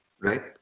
right